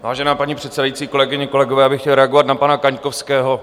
Vážená paní předsedající, kolegyně, kolegové, já bych chtěl reagovat na pana Kaňkovského.